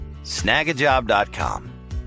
snagajob.com